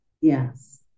Yes